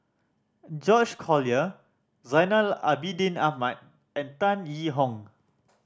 George Collyer Zainal Abidin Ahmad and Tan Yee Hong